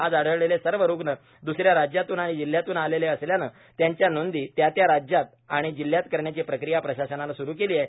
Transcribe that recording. आज आढळलेले सर्व रुग्ण द्रसऱ्या राज्यातून व जिल्ह्यातून आलेले असल्याने त्यांच्या नोंदी त्या त्या राज्यात व जिल्ह्यात करण्याची प्रक्रिया प्रशासनाने सुरु केली आहे